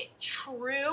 true